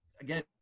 again